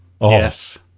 Yes